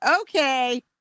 okay